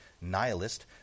nihilist